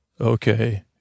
Okay